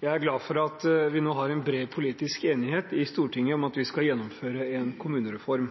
Jeg er glad for at vi nå har en bred politisk enighet i Stortinget om at vi skal gjennomføre en kommunereform.